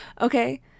Okay